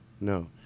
no